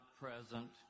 present